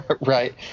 right